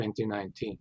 2019